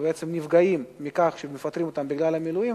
שבעצם נפגעים מכך שמפטרים אותם בגלל המילואים,